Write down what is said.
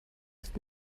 ist